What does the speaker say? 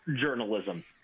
journalism